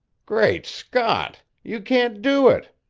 great scott! you can't do it.